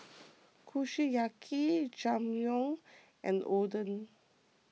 Kushiyaki Jajangmyeon and Oden